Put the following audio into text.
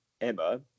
emma